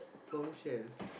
Bombshell